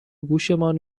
گوشمان